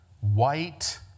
white